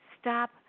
stop